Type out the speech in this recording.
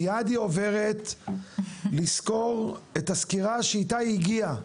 מיד היא עוברת לסקור את הסקירה שאיתה היא הגיעה,